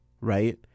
right